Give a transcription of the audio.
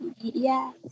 Yes